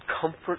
comfort